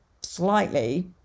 slightly